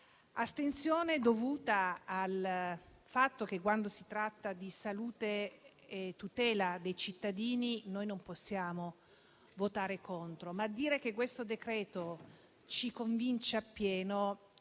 astensione dovuta al fatto che, quando si tratta di salute e di tutela dei cittadini, noi non possiamo votare contro. Ma dire che questo decreto ci convince appieno